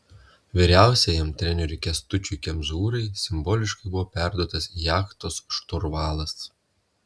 vyriausiajam treneriui kęstučiui kemzūrai simboliškai buvo perduotas jachtos šturvalas